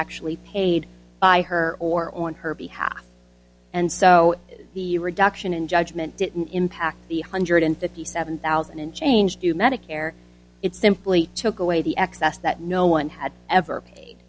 actually paid by her or on her behalf and so the reduction in judgment didn't impact the hundred and fifty seven thousand and change to medicare it simply took away the excess that no one had ever pa